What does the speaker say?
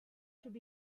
should